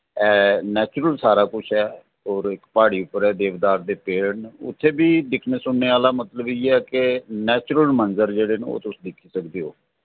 ऐ नैचुरल सारा कुछ ऐ होर इक प्हाड़ी पर ऐ देवदार दे पेड़ न उत्थै बी दिक्खने सुनने आह्ला मतलब इ'यै के नैचुरल मंजर जेह्ड़े न ओह् तुस दिक्खी सकदे ओ